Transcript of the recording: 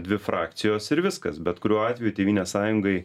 dvi frakcijos ir viskas bet kuriuo atveju tėvynės sąjungai